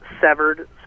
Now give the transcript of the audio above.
severed